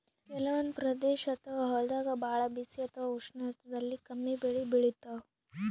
ಕೆಲವಂದ್ ಪ್ರದೇಶ್ ಅಥವಾ ಹೊಲ್ದಾಗ ಭಾಳ್ ಬಿಸಿ ಅಥವಾ ಉಷ್ಣ ಇರ್ತದ್ ಅಲ್ಲಿ ಕಮ್ಮಿ ಬೆಳಿ ಬೆಳಿತಾವ್